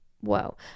whoa